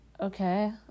Okay